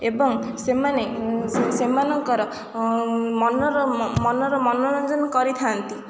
ଏବଂ ସେମାନେ ସେମାନଙ୍କର ମନର ମନୋରଞ୍ଜନ କରିଥାନ୍ତି